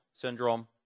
syndrome